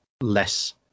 less